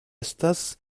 estas